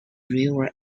river